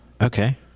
Okay